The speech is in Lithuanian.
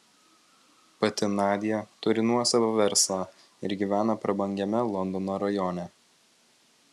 pati nadia turi nuosavą verslą ir gyvena prabangiame londono rajone